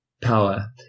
power